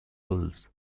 wolves